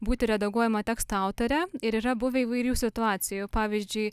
būti redaguojama teksto autorė ir yra buvę įvairių situacijų pavyzdžiui